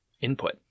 input